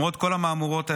למרות כל המהמורות האלו,